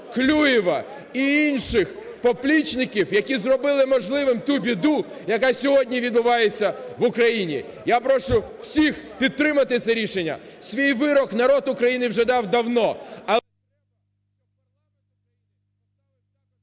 Клюєва і інших поплічників, які зробили можливим ту біду, яка сьогодні відбувається в Україні. Я прошу всіх підтримати це рішення. Свій вирок народ України вже дав давно,